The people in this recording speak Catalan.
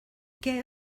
què